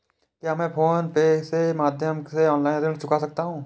क्या मैं PhonePe के माध्यम से ऑनलाइन ऋण चुका सकता हूँ?